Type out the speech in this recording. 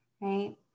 right